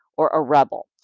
or a rebel,